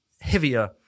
heavier